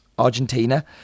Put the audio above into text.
Argentina